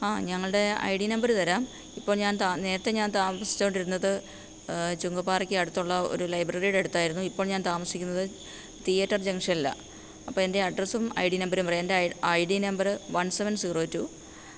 ആ ഞങ്ങളുടെ I D number തരാം ഇപ്പോള് ഞാന് നേരത്തെ ഞാന് താമസിച്ചുകൊണ്ടിരുന്നത് ചുങ്കപ്പാറയ്ക്ക് അടുത്തുള്ള ഒരു ലൈബ്രറിയുടെ അടുത്തായിരുന്നു ഇപ്പോള് ഞാന് താമസിക്കുന്നത് തീയറ്റര് ജംഗ്ഷനിലാണ് അപ്പം എന്റെ അഡ്രസും ഐ ഡി നമ്പരും പറയാം എന്റെ I D number one seven zero to